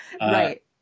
Right